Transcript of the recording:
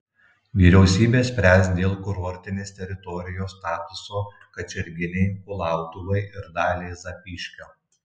vyriausybė spręs dėl kurortinės teritorijos statuso kačerginei kulautuvai ir daliai zapyškio